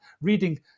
Reading